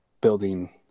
building